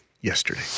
yesterday